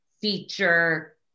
feature